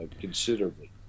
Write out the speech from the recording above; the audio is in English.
considerably